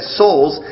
souls